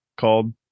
called